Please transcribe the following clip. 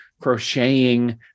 crocheting